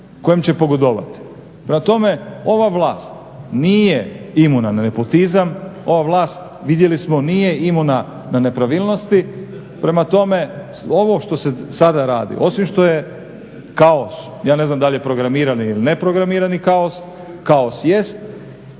kojem će pogodovati. Prema tome, ova vlast nije imuna na nepotizam. Ova vlast vidjeli smo nije imuna na nepravilnosti. Prema tome, ovo što se sada radi osim što je kao, ja ne znam da li je programirani ili neprogramirani kaos, kaos jest.